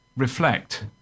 reflect